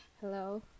Hello